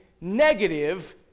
negative